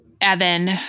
Evan